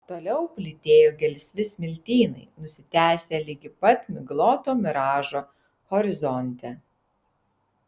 toliau plytėjo gelsvi smiltynai nusitęsę ligi pat migloto miražo horizonte